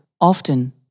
often